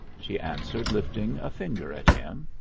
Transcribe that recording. she answered, lifting a finger at him.